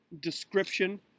description